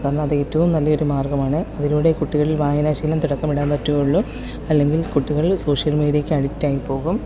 കാരണം അത് ഏറ്റവും നല്ല ഒരു മാർഗ്ഗമാണ് അതിലൂടെ കുട്ടികളിൽ വായനാശീലം തുടക്കമിടാൻ പറ്റുകയുള്ളൂ അല്ലെങ്കിൽ കുട്ടികൾ സോഷ്യൽ മീഡിയക്ക് അഡിക്റ്റ് ആയിപ്പോകും